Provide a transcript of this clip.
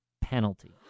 penalty